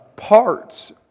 parts